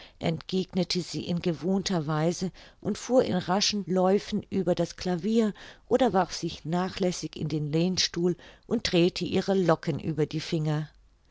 entgegnete sie in gewohnter weise und fuhr in raschen läufen über das clavier oder warf sich nachlässig in den lehnstuhl und drehte ihre locken über die finger